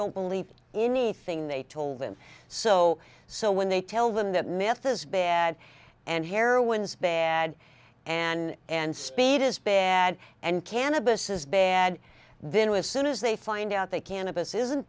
don't believe anything they told them so so when they tell them that meth is bad and heroine's bad and and speed is bad and cannabis is bad then with soon as they find out they cannabis isn't